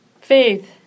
Faith